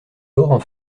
laurent